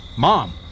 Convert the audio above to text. Mom